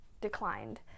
declined